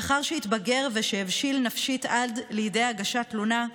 לאחר שהוא התבגר והבשיל נפשית עד לידי הגשת תלונה,